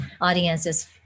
audiences